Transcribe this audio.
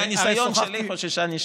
מהניסיון שלי, חוששני שלא.